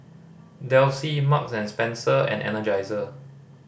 Delsey Marks and Spencer and Energizer